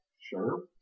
Sure